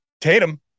Tatum